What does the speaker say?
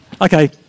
Okay